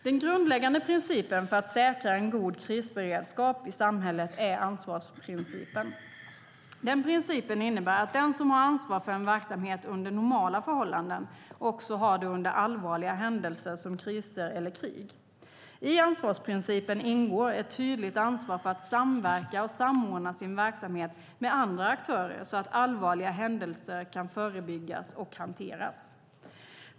Den grundläggande principen för att säkra en god krisberedskap i samhället är ansvarsprincipen. Principen innebär att den som har ansvar för en verksamhet under normala förhållanden också har det under allvarliga händelser, som kriser eller krig. I ansvarsprincipen ingår ett tydligt ansvar för att samverka och samordna sin verksamhet med andra aktörer så att allvarliga händelser kan förebyggas och hanteras.